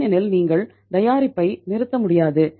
ஏனெனில் நீங்கள் தயாரிப்பை நிறுத்த முடியாது